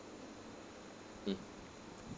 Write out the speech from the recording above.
mm